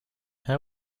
how